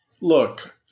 Look